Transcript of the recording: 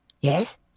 Yes